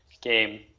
game